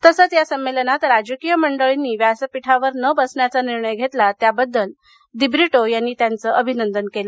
तसंच या संमेलनात राजकीय मंडळींनी व्यासपीठावर न बसण्याचा निर्णय घेतला त्याबद्दल दिब्रिटो यांनी त्यांचे अभिनंदन केले